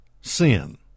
sin